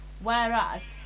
whereas